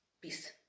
peace